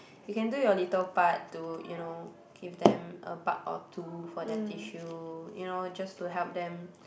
you can do your little part to you know give them a buck or two for their tissue you know just to help them